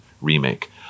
remake